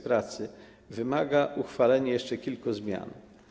Pracy wymaga uchwalenia jeszcze kilku zmian.